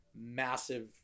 massive